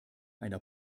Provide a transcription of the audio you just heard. einer